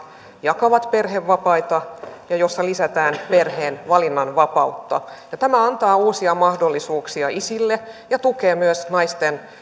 jakavat perhevapaita ja joissa lisätään perheen valinnanvapautta tämä antaa uusia mahdollisuuksia isille ja tukee myös naisten